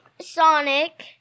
Sonic